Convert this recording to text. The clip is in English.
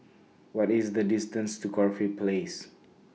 What IS The distance to Corfe Place